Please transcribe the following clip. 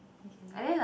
okay